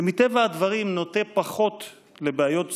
שמטבע הדברים נוטה פחות לבעיות זיכרון,